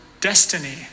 destiny